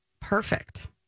Perfect